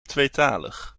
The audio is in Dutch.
tweetalig